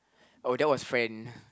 oh that was friend